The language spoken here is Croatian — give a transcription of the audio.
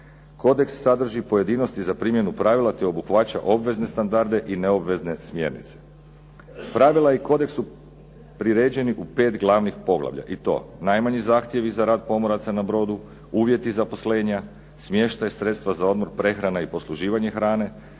Kodeks sadrži pojedinosti za primjenu pravila te obuhvaća obvezne standarde i neobvezne smjernice. Pravila i kodeks su priređeni u pet glavnih poglavlja i to najmanji zahtjevi za rad pomoraca na brodu, uvjeti zaposlenja, smještaj i sredstva za odmor, prehrana i posluživanje hrane,